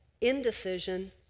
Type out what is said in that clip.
indecision